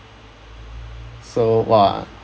so !wah!